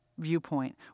viewpoint